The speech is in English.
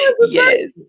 Yes